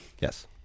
Yes